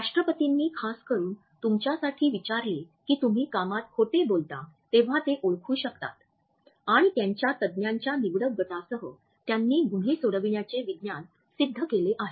राष्ट्रपतींनी खासकरुन तुमच्यासाठी विचारले की तुम्ही कामात खोटे बोलता तेव्हा ते ओळखू शकतात आणि त्याच्या तज्ज्ञांच्या निवडक गटासह त्यांनी गुन्हे सोडविण्याचे विज्ञान सिद्ध केले आहे